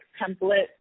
template